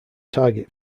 target